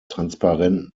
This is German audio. transparenten